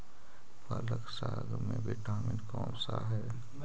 पालक साग में विटामिन कौन सा है?